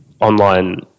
online